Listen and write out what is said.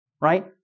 right